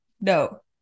No